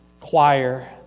choir